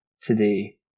today